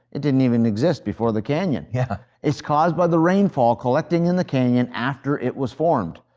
it didn't even exist before the canyon. yeah it's caused by the rainfall collecting in the canyon after it was formed.